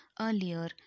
Earlier